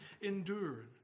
endured